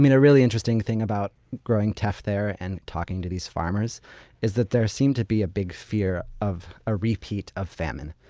you know really interesting thing about growing teff there and talking to these farmers is that there seemed to be a big fear of a repeat of famine.